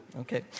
okay